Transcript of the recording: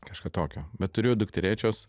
kažką tokio bet turiu dukterėčios